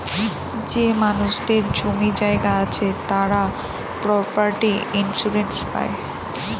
যে মানুষদের জমি জায়গা আছে তারা প্রপার্টি ইন্সুরেন্স পাই